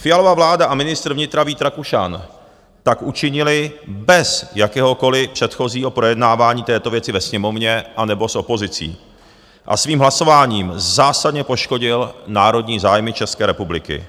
Fialova vláda a ministr vnitra Vít Rakušan tak učinili bez jakéhokoliv předchozího projednávání této věci ve Sněmovně anebo s opozicí a svým hlasováním zásadně poškodili národní zájmy České republiky.